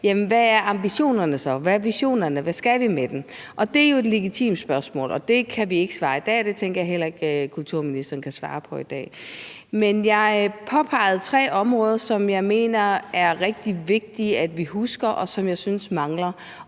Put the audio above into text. Hvad er ambitionerne så, hvad er visionerne, hvad skal vi med dem? Og det er jo et legitimt spørgsmål. Det kan vi ikke svare på i dag, og det tænker jeg heller ikke kulturministeren kan svare på i dag. Men jeg påpegede tre områder, som jeg mener er rigtig vigtige at vi husker, og som jeg synes mangler.